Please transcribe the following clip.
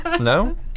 No